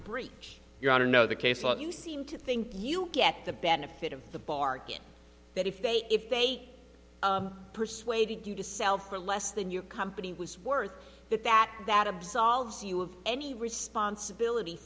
a breach you want to know the case well you seem to think you get the benefit of the bargain that if they if they persuaded you to sell for less than your company was worth that that that absolves you of any responsibility